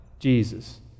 Jesus